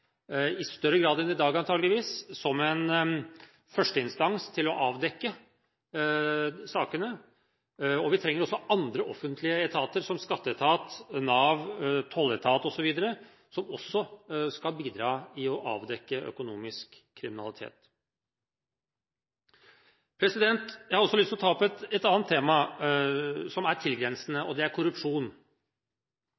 som en førsteinstans til å avdekke sakene. Vi trenger også andre offentlige etater som skatteetat, Nav, tolletat osv., som også skal bidra i å avdekke økonomisk kriminalitet. Jeg har også lyst til å ta opp et annet tema som er tilgrensende: